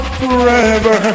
forever